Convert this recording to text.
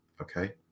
Okay